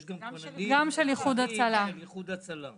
יש גם כוננים -- גם של איחוד הצלה,